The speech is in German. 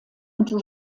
und